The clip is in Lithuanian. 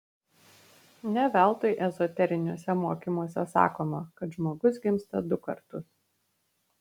ne veltui ezoteriniuose mokymuose sakoma kad žmogus gimsta du kartus